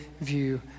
view